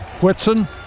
Whitson